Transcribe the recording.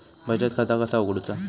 बचत खाता कसा उघडूचा?